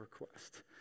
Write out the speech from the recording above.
request